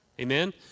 Amen